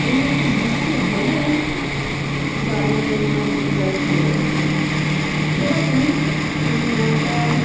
এমনি একটু বৃষ্টি হলেই জাল নিয়ে মাছ ধরতে যাই খালেতে সেরকমই একটা